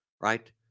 right